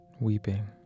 weeping